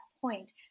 point